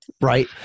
right